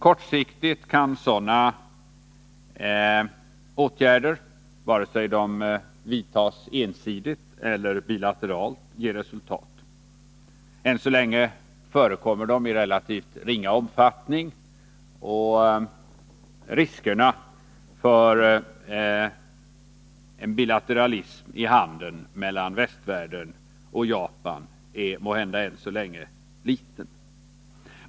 Kortsiktigt kan sådana åtgärder, vare sig de vidtas ensidigt eller bilateralt, ge resultat. Än så länge förekommer de i relativt ringa omfattning, och riskerna för en bilateralism i handeln mellan västvärlden och Japan är måhända än så länge små.